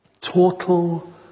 Total